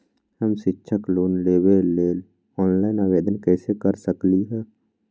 हम शैक्षिक लोन लेबे लेल ऑनलाइन आवेदन कैसे कर सकली ह?